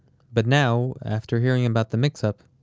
but now, after hearing about the mix-up,